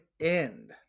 end